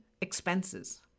expenses